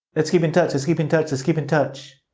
let's keep in touch. let's keep in touch. let's keep in touch.